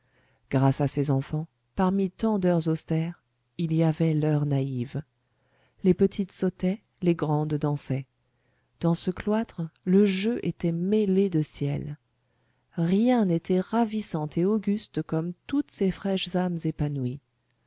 grâce à ces enfants parmi tant d'heures austères il y avait l'heure naïve les petites sautaient les grandes dansaient dans ce cloître le jeu était mêlé de ciel rien n'était ravissant et auguste comme toutes ces fraîches âmes épanouies